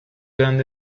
gran